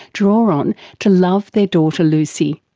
draw on to love their daughter lucy.